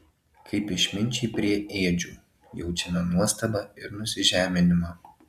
kaip išminčiai prie ėdžių jaučiame nuostabą ir nusižeminimą